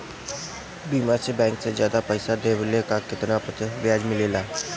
बीमा में बैंक से ज्यादा पइसा देवेला का कितना प्रतिशत ब्याज मिलेला?